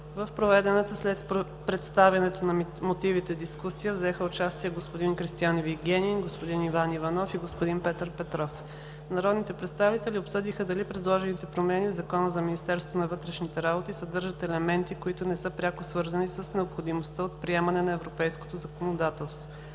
В проведената след представянето на мотивите дискусия взеха участие г-н Кристиан Вигенин, г-н Иван Иванов и г-н Петър Петров. Народните представители обсъдиха дали предложените промени в Закона за Министерството на вътрешните работи съдържат елементи, които не са пряко свързани с необходимостта от приемане на европейското законодателство.